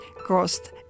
cost